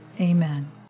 Amen